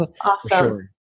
Awesome